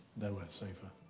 nowhere safer?